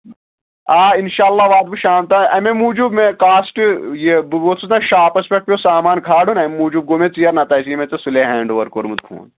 آ انشا اللہ واتہٕ بہٕ شام تام امے موٗجوب مےٚ کاسٹ یہِ بہٕ وۄتھس نا شاپس پٮ۪ٹھ پیٚو سامان کھالان امہِ موٗجوٗب گوٚو مےٚ ژیر نتہٕ آسہِ ہی مےٚ ژےٚ سلے ہینٚڑ اوٚور کوٚرمُت فون